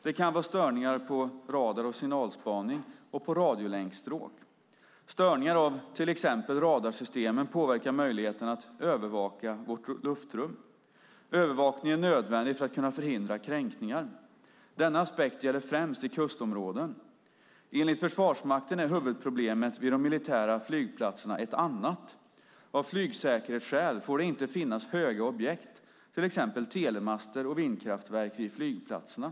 Det kan vara störningar på radar och signalspaning och på radiolänkstråk. Störningar av till exempel radarsystemen påverkar möjligheten att övervaka vårt luftrum. Övervakningen är nödvändig för att kunna förhindra kränkningar. Denna aspekt gäller främst i kustområdena. Enligt Försvarsmakten är huvudproblemet vid de militära flygplatserna ett annat. Av flygsäkerhetsskäl får det inte finnas höga objekt, till exempel telemaster och vindkraftverk, vid flygplatserna.